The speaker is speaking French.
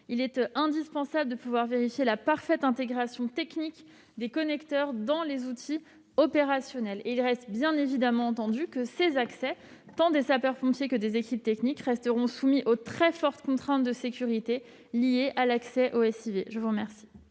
Il est indispensable de pouvoir vérifier la parfaite intégration technique des connecteurs dans les outils opérationnels. Il reste bien évidemment entendu que ces accès, tant des sapeurs-pompiers que des équipes techniques, resteront soumis aux très fortes contraintes de sécurité liées à l'accès au SIV. Le sous-amendement